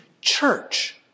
church